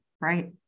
right